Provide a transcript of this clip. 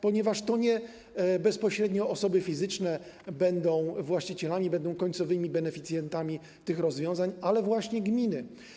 Ponieważ bezpośrednio to nie osoby fizyczne będą właścicielami, będą końcowymi beneficjentami tych rozwiązań, ale właśnie gminy.